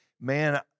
man